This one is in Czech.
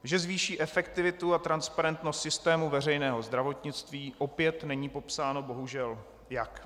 Že zvýší efektivitu a transparentnost systému veřejného zdravotnictví opět není popsáno, bohužel, jak.